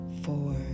Four